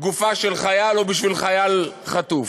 גופה של חייל או בשביל חייל חטוף.